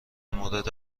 مورد